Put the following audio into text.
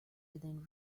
within